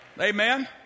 Amen